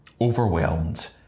Overwhelmed